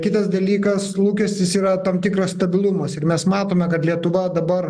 kitas dalykas lūkestis yra tam tikras stabilumas ir mes matome kad lietuva dabar